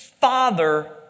father